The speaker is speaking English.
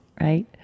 right